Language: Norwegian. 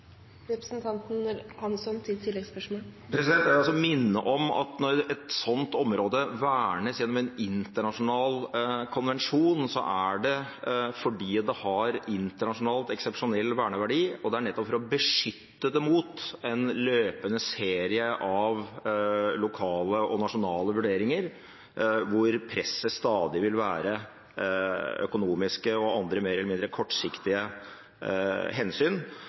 Jeg vil minne om at når et sånt område vernes gjennom en internasjonal konvensjon, er det fordi det internasjonalt har eksepsjonell verneverdi. Det er nettopp for å beskytte det mot en løpende serie av lokale og nasjonale vurderinger hvor presset stadig vil være økonomiske og andre mer eller mindre kortsiktige hensyn,